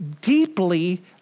deeply